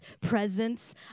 presence